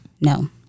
No